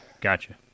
Gotcha